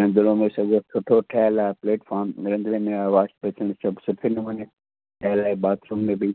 रंधिणो बि सॼो सुठो ठहियलु आहे प्लेटफ़ॉर्म रंधिणे में आहे वॉश बेसिन सभु सुठे नमूने ठहियलु आहे बाथरुम में बि